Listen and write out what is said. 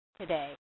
today